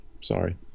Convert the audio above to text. sorry